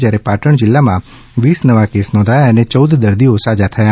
જયારે પાટણ જીલ્લામાં વીસ નવા કેસ નોધાયા અને ચૌદ દર્દીઓ સાજા થયા